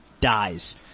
dies